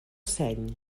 seny